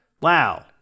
Wow